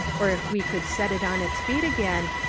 or if we could set it on its feet again,